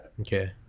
Okay